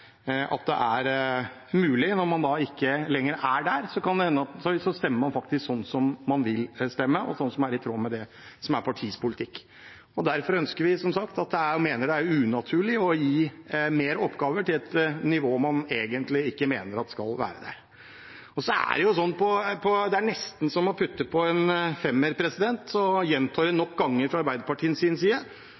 når man ikke lenger er der, faktisk stemmer sånn man vil stemme, i tråd med partiets politikk. Derfor mener vi det er unaturlig å gi mer oppgaver til et nivå man egentlig mener ikke skal være der. Det er nesten som å putte på en femmer, og så gjentar de nok ganger fra Arbeiderpartiets side at fylkeskommunen og kommunesektoren har fått mindre penger disse årene. Det stemmer jo ikke. Det er ikke en realitet, men det handler om hva de bruker pengene på. Da kan jeg bare vise til Troms og